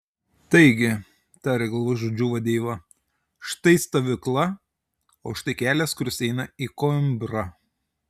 taigi tarė galvažudžių vadeiva štai stovykla o štai kelias kuris eina į koimbrą